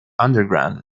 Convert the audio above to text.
underground